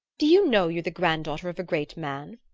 do you know you're the granddaughter of a great man?